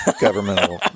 governmental